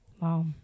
Wow